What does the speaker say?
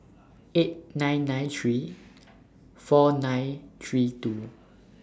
eight nine nine three four nine three two